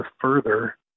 further